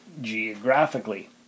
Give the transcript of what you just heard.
geographically